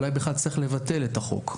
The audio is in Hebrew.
אולי צריך בכלל לבטל את החוק.